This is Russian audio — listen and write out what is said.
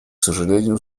сожалению